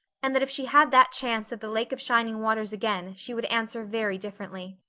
and that if she had that chance of the lake of shining waters again she would answer very differently.